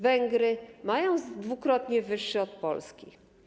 Węgry mają dwukrotnie wyższy od Polski?